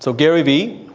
so gary vee.